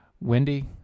Wendy